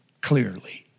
clearly